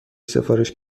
سفارش